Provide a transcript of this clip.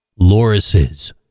Lorises